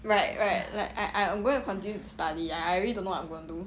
right right like I I'm going to continue to study I I really don't know what I'm gonna do